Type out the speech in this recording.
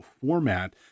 format